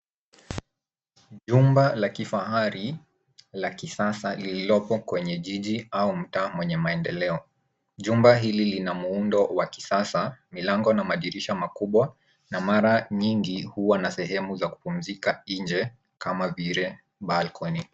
Jumba la kifahari la kisasa lililopo kwenye jiji au mtaa wenye maendeleo. Jumba hili lina muundo wa kisasa, milango na madirisha makubwa na mara nyingi huwa na sehemu za kupumzika nje kama vile balcony .